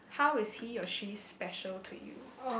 how is he or she special to you